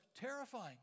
terrifying